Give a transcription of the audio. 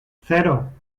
cero